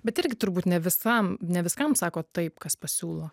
bet irgi turbūt ne visam ne viskam sakot taip kas pasiūlo